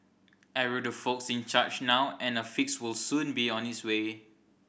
arrow the folks in charge now and a fix will soon be on its way